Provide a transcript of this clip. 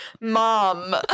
Mom